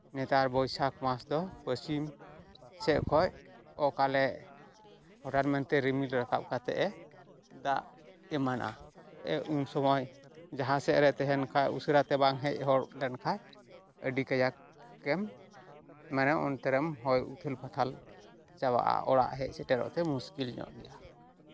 ᱱᱮᱛᱟᱨ ᱵᱳᱭᱥᱟᱠᱷ ᱢᱟᱥ ᱫᱚ ᱯᱚᱥᱪᱷᱤᱢ ᱥᱮᱫ ᱠᱷᱚᱡ ᱚᱠᱟᱞᱮ ᱦᱚᱴᱟᱛ ᱢᱮᱱᱛᱮ ᱨᱤᱢᱤᱞ ᱨᱟᱠᱟᱵ ᱠᱟᱛᱮᱫ ᱮ ᱫᱟᱜ ᱮᱢᱟᱱᱟ ᱩᱱ ᱥᱚᱢᱚᱭ ᱡᱟᱦᱟᱸ ᱥᱮᱫ ᱨᱮ ᱛᱟᱦᱮᱱ ᱠᱷᱟᱡ ᱩᱥᱟᱹᱨᱟᱛᱮ ᱵᱟᱝ ᱦᱮᱡ ᱞᱮᱱᱠᱷᱟᱡ ᱟᱹᱰᱤ ᱠᱟᱡᱟᱠᱮᱢ ᱢᱟᱱᱮ ᱚᱱᱛᱮ ᱨᱮᱢ ᱦᱚᱭ ᱩᱛᱷᱟᱹᱞ ᱯᱟᱛᱷᱟᱞ ᱪᱟᱵᱟᱜᱼᱟ ᱚᱲᱟᱜ ᱦᱮᱡ ᱥᱮᱴᱮᱨᱚᱜ ᱛᱮ ᱢᱩᱥᱠᱤᱞ ᱧᱚᱜ ᱜᱮᱭᱟ